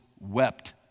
wept